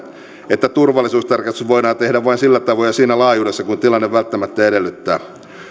että turvallisuustarkastus voidaan tehdä vain sillä tavoin ja siinä laajuudessa kuin tilanne välttämättä edellyttää